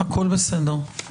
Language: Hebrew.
הכל בסדר.